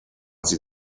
sie